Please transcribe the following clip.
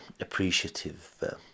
appreciative